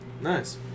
Nice